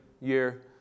year